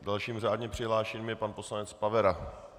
Dalším řádně přihlášeným je pan poslanec Pavera.